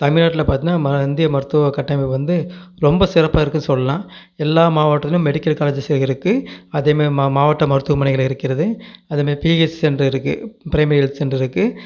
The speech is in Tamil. தமிழ்நாட்டில் பார்த்தீனா ம இந்திய மருத்துவக் கட்டமைப்பு வந்து ரொம்ப சிறப்பாக இருக்குது சொல்லலாம் எல்லா மாவட்டத்துலேயும் மெடிக்கல் காலேஜஸ் இருக்குது அதே மாதிரி மா மாவட்டம் மருத்துவமனைகள் இருக்கிறது அது மாரி பிஹெச் சென்ட்ரு இருக்குது ப்ரைமரி ஹெல்த் சென்ட்ரு இருக்குது